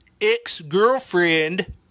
ex-girlfriend